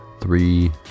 three